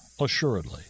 assuredly